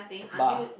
bar